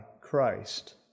Christ